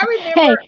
Hey